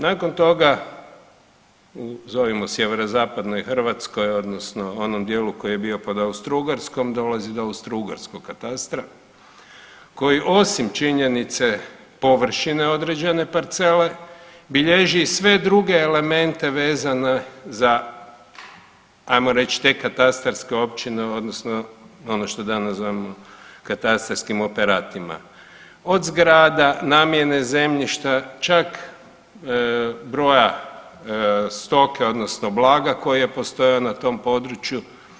Nakon toga zovimo sjeverozapadnoj Hrvatskoj, odnosno onom dijelu koji je bio pod austro-ugarskom dolazi do austro-ugarskog katastra koji osim činjenice površine određene parcele bilježi sve druge elemente vezane za hajmo reći te katastarske općine, odnosno ono što danas zovemo katastarskim operatima od zgrada, namjene zemljišta čak broja stoke, odnosno blaga koji je postojao na tom području.